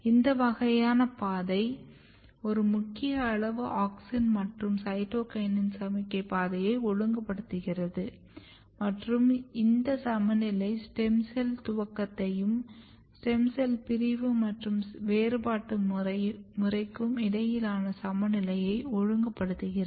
இந்த வகையான பாதை ஒரு முக்கிய அளவு ஆக்ஸின் மற்றும் சைட்டோகினின் சமிக்ஞை பாதையை ஒழுங்குபடுத்துகிறது மற்றும் இந்த சமநிலை ஸ்டெம் செல் துவக்கத்தையும் ஸ்டெம் செல் பிரிவு மற்றும் செல் வேறுபாடு முறைக்கும் இடையிலான சமநிலையை ஒழுங்குபடுத்துகிறது